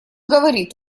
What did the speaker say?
говорит